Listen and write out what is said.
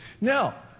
now